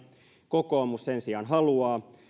kokoomus sen sijaan haluaa